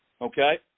Okay